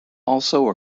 also